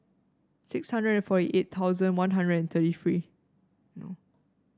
six hundred and forty eight thousand One Hundred and thirty one